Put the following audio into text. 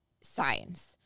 science